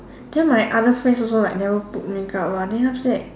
then my other friends also like never put makeup one then after that